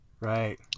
Right